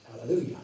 Hallelujah